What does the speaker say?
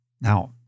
Now